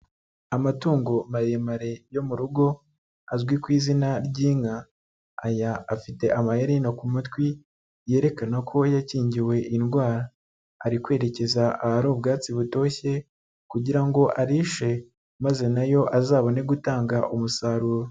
Amatungo maremare yo mu rugo azwi ku izina ry'inka, aya afite amaherena ku matwi yerekana ko yakingiwe indwara, ari kwerekeza ahari ubwatsi butoshye kugira ngo arishe maze na yo azabone gutanga umusaruro.